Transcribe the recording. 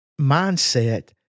mindset